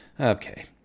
Okay